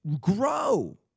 Grow